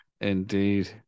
Indeed